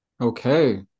okay